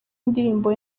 ndirimbo